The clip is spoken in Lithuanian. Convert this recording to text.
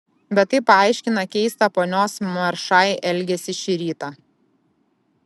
bet tai paaiškina keistą ponios maršai elgesį šį rytą